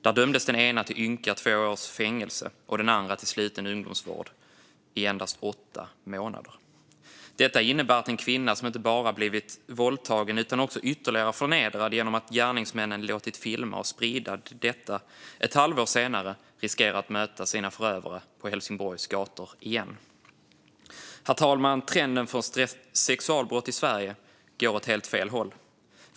Där dömdes den ena till ynka två års fängelse och den andra till sluten ungdomsvård i endast åtta månader. Detta innebär att en kvinna som inte bara blivit våldtagen, utan också ytterligare förnedrad genom att gärningsmännen låtit filma och sprida detta, ett halvår senare riskerar att möta sina förövare på Helsingborgs gator igen. Herr talman! Trenden för sexualbrott i Sverige går åt helt fel håll.